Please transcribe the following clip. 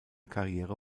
karriere